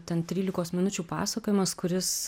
ten trylikos minučių pasakojimas kuris